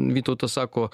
vytautas sako